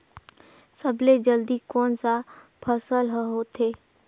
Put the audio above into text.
सबले जल्दी कोन सा फसल ह होथे?